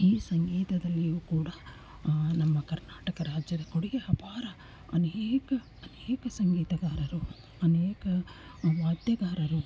ಈ ಸಂಗೀತದಲ್ಲಿಯೂ ಕೂಡ ನಮ್ಮ ಕರ್ನಾಟಕ ರಾಜರ ಕೊಡುಗೆ ಅಪಾರ ಅನೇಕ ಅನೇಕ ಸಂಗೀತಗಾರರು ಅನೇಕ ವಾದ್ಯಗಾರರು